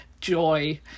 joy